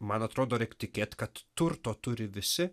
man atrodo reik tikėt kad turto turi visi